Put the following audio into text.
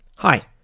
Hi